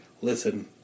listen